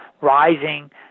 rising